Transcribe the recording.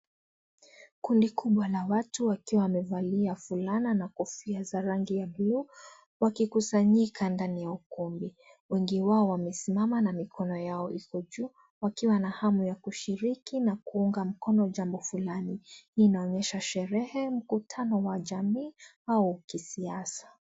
Kundi kubwa la watu wakiwa wamevalia kofia na fulana za rangi ya bluu wakikusanyika ndani ya ukumbi. Wengi wao wamesimamam na mikono yao iko juu wakiwa na hamu ya kushiriki na kuunga mkono jambo fulani. Hii inaonyesha sherehe , mkutano wa jamii au kisiasa.